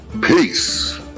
peace